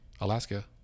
Alaska